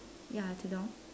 ya tudung